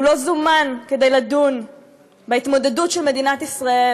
הוא לא זומן כדי לדון בהתמודדות של מדינת ישראל